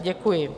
Děkuji.